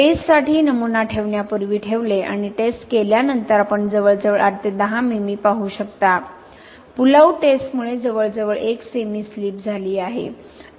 टेस्टसाठी नमुना ठेवण्यापूर्वी ठेवले आणि टेस्ट केल्यानंतर आपण जवळजवळ 8 ते 10 मिमी पाहू शकता पुल आउट टेस्टमुळे जवळजवळ 1 सेमी स्लिप झाली आहे